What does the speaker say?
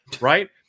right